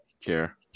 care